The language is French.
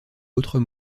autres